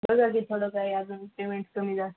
कसं घेतलं काय आ अजून पेमेंट कमी ला